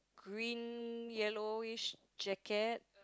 green yellowish jacket